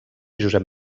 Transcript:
josep